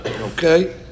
Okay